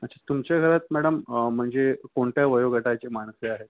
अच्छा तुमच्या घरात मॅडम म्हणजे कोणत्या वयोगटाची माणसे आहेत